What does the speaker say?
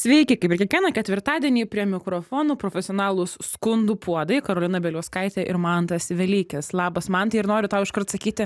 sveiki kaip ir kiekvieną ketvirtadienį prie mikrofono profesionalūs skundų puodai karolina bieliauskaitė ir mantas velykis labas mantai ir noriu tau iškart sakyti